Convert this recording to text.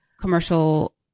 commercial